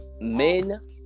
Men